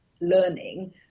learning